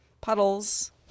puddles